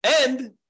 And-